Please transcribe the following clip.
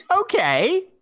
Okay